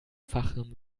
fachem